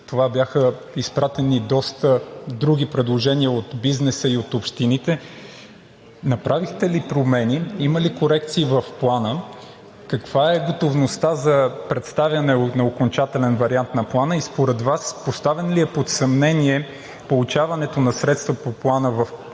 това бяха изпратени доста други предложения от бизнеса и от общините, направихте ли промени, има ли корекции в Плана? Каква е готовността за представяне на окончателен вариант на Плана и според Вас поставено ли е под съмнение получаването на средства по Плана в рамките